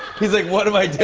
he's like, what am i